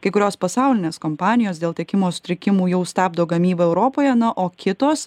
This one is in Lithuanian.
kai kurios pasaulinės kompanijos dėl tiekimo sutrikimų jau stabdo gamybą europoje na o kitos